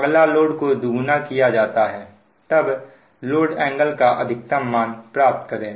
अगर लोड को दुगना किया जाता है तब लोड एंगल का अधिकतम मान प्राप्त करें